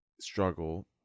struggle